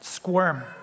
Squirm